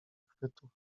chwytów